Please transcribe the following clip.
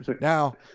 Now